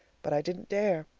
but i didn't dare.